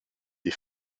des